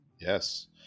yes